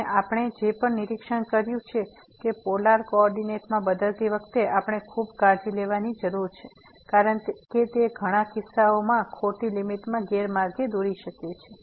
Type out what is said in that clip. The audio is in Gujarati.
અને આપણે જે પણ નિરીક્ષણ કર્યું છે કે પોલાર કોઓર્ડિનેટમાં બદલતી વખતે આપણે ખૂબ કાળજી લેવાની જરૂર છે કારણ કે તે ઘણા કિસ્સાઓમાં ખોટી લીમીટમાં ગેરમાર્ગે દોરી શકે છે